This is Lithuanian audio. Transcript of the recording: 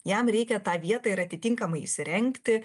jam reikia tą vietą ir atitinkamai įsirengti